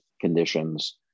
conditions